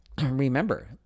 remember